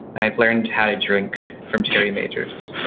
and i've learned how to drink from charity majors,